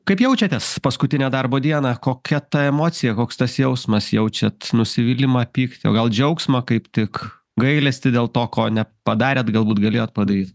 kaip jaučiatės paskutinę darbo dieną kokia ta emocija koks tas jausmas jaučiat nusivylimą pyktį o gal džiaugsmą kaip tik gailestį dėl to ko nepadarėt galbūt galėjot padaryt